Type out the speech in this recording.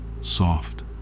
soft